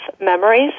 memories